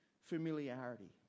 familiarity